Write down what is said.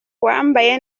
uwambaye